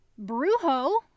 brujo